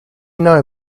know